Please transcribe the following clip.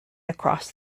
across